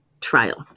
trial